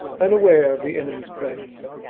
unaware of the enemy's presence.